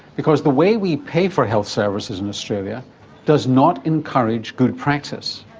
because the way we pay for health services in australia does not encourage good practice.